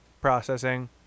Processing